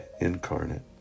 incarnate